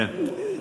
כן.